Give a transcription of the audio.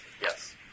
Yes